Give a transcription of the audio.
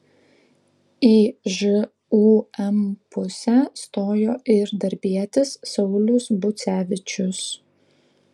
į žūm pusę stojo ir darbietis saulius bucevičius